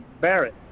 Barrett